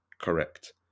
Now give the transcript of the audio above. correct